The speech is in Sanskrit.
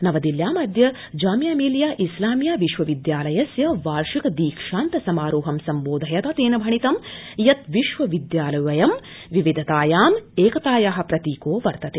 नवदिल्लयामद्व जामिया मिलिया सिलामिया विश्वविद्यालयस्य वार्षिक दीक्षान्त समारोह सम्बोधयता तेन भणित यत् विश्वविद्यालयोऽयं विविधतायाम एकताया प्रतीको वर्तते